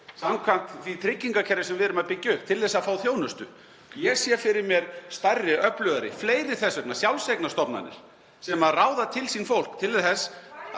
samkvæmt því tryggingakerfi sem við erum að byggja upp til að fá þjónustu. Ég sé fyrir mér stærri, öflugri, þess vegna fleiri sjálfseignarstofnanir sem ráða til sín fólk til að